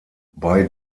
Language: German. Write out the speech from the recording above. bei